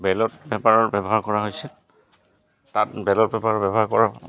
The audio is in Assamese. বেলত পেপাৰৰ ব্যৱহাৰ কৰা হৈছে তাত বেলত পেপাৰৰ ব্যৱহাৰ কৰা